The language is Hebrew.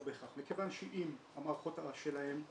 לא בהכרח, מכיוון שאם המערכות שלהם,